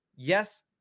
Yes